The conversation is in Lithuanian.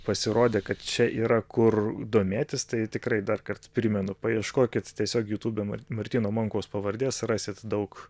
pasirodė kad čia yra kur domėtis tai tikrai dar kartą primenu paieškokit tiesiog jutube martyno mankaus pavardės rasit daug